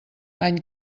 any